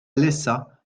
laissa